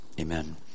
Amen